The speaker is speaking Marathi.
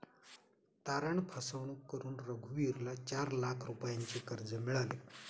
तारण फसवणूक करून रघुवीरला चार लाख रुपयांचे कर्ज मिळाले